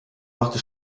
machte